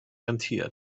rentiert